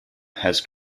has